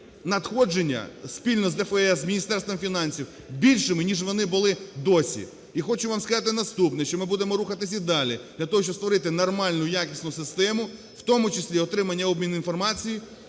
надходження спільно з ДФС, з Міністерством фінансів більшими, ніж вони були досі. І хочу вам сказати наступне, що ми будемо рухатися і далі для того, щоб створити нормальну якісну систему, в тому числі отримання обміну інформацією,